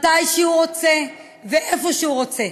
מתי שהוא רוצה ואיפה שהוא רוצה.